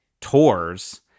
tours